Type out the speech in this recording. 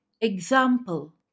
Example